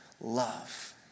love